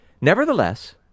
Nevertheless